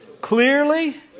clearly